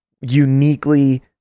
uniquely